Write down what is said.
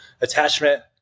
attachment